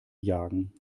jagen